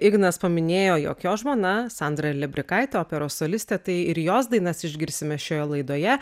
ignas paminėjo jog jo žmona sandra lebrikaitė operos solistė tai ir jos dainas išgirsime šioje laidoje